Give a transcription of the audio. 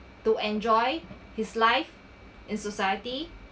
to enjoy his life in society